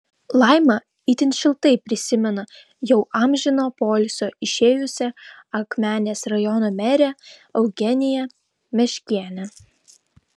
laima itin šiltai prisimena jau amžino poilsio išėjusią akmenės rajono merę eugeniją meškienę